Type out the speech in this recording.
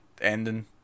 ending